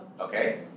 okay